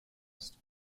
ist